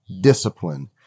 discipline